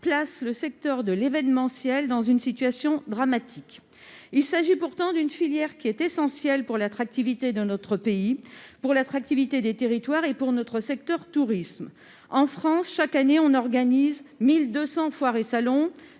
placent le secteur de l'événementiel dans une situation dramatique. Il s'agit pourtant d'une filière qui est essentielle pour l'attractivité de notre pays, pour l'attractivité des territoires et pour notre secteur touristique. En France, chaque année, sont organisés 1 200 foires et salons,